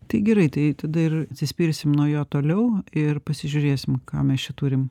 tai gerai tai tada ir atsispirsim nuo jo toliau ir pasižiūrėsim ką mes čia turim